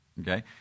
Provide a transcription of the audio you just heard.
Okay